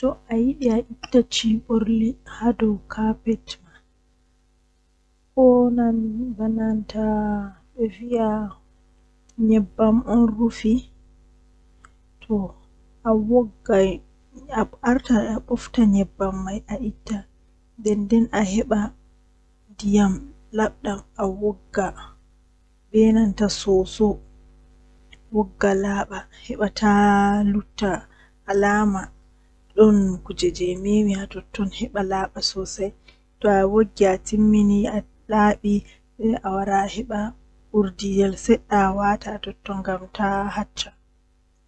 Gootel, Ɗidi, Tati, To ahawri gotel didi be tati hokkete jweego.